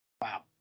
Wow